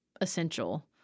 essential